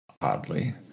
oddly